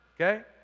okay